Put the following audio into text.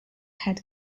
head